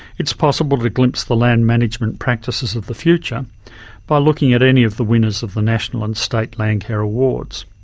it's possible to glimpse the land management practices of the future by looking at any of the winners of the national and state landcare awards.